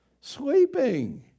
Sleeping